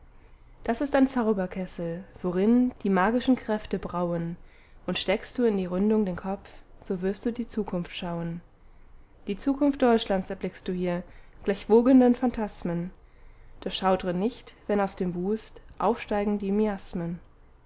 das ist ein zauberkessel worin die magischen kräfte brauen und steckst du in die ründung den kopf so wirst du die zukunft schauen die zukunft deutschlands erblickst du hier gleich wogenden phantasmen doch schaudre nicht wenn aus dem wust aufsteigen die miasmen